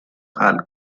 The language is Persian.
خلق